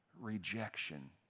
rejection